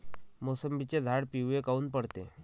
मोसंबीचे झाडं पिवळे काऊन पडते?